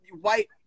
white